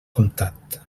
comptat